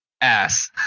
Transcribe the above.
ass